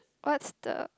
what's the